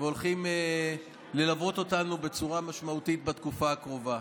והולכים ללוות אותנו בצורה משמעותית בתקופה הקרובה.